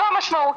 זו המשמעות.